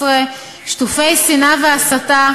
שרת המשפטים